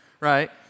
right